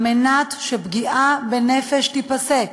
על מנת שהפגיעה בנפש תיפסק.